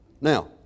Now